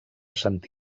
sant